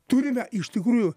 turime iš tikrųjų